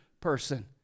person